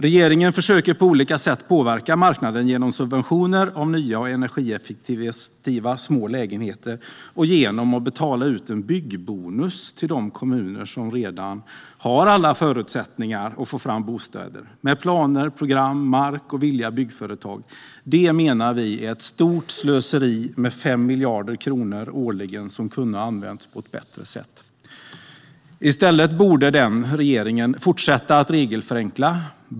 Regeringen försöker på olika sätt att påverka marknaden genom subventioner av nya, energieffektiva, små lägenheter och genom att betala ut en byggbonus till de kommuner som redan har alla förutsättningar att få fram bostäder, med planer, program, mark och villiga byggföretag. Det menar vi är ett stort slöseri med 5 miljarder årligen som kunde ha använts på ett bättre sätt. I stället borde regeringen fortsätta att regelförenkla.